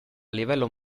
livello